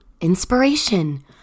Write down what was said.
inspiration